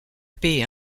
paix